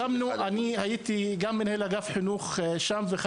הייתי מנהל אגף חינוך בחורה והייתי אחד